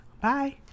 Bye